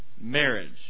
marriage